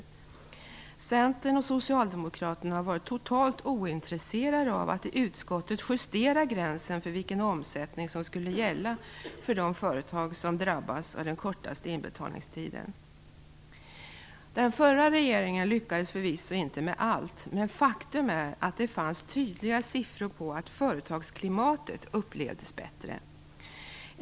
Centern och Socialdemokraterna har varit totalt ointresserade av att i utskottet justera gränsen för vilken omsättning som skulle gälla för de företag som drabbas av den kortaste inbetalningstiden. Den förra regeringen lyckades förvisso inte med allt, men faktum är att det fanns tydliga siffror på att företagsklimatet upplevdes som bättre.